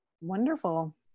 wonderful